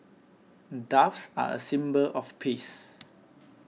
doves are a symbol of peace